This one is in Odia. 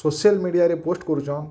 ସୋସିଆଲ୍ ମିଡ଼ିଆରେ ପୋଷ୍ଟ କରୁଛନ୍